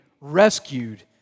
rescued